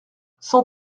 cent